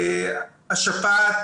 השפעת,